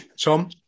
Tom